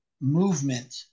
movement